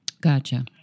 Gotcha